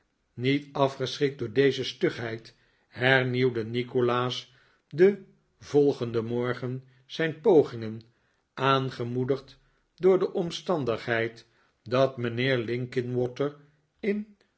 niet afgeschrikt door deze stugheid hernieuwde nikolaas den volgenden morgen zijn pogingen aangemoedigd door de omstandigheid dat mijnheer linkinwater in